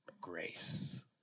grace